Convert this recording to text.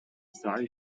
sorry